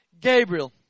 Gabriel